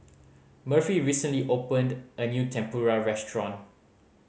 Murphy recently opened a new Tempura restaurant